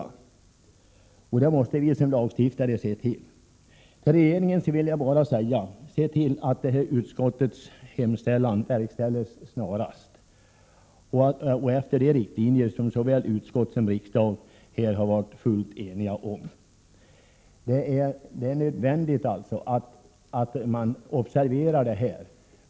Som lagstiftare måste vi se till att det blir möjligt. Till regeringen vill jag bara säga: Se till att jordbruksutskottets hemställan verkställs snarast efter de riktlinjer som såväl utskott som riksdag har varit fullt eniga om! Det är nödvändigt att man observerar detta.